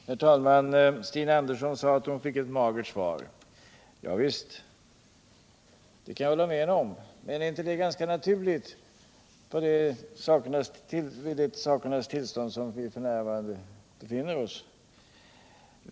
Herr talman! Stina Andersson sade att hon fick ett magen svar. Ja visst, det kan jag hålla med henne om — men är inte det ganska naturligt med det sakernas tillstånd som vi f. n. befinner oss i?